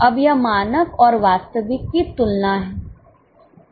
अब यह मानक और वास्तविक की तुलना है